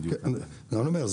אני אומר,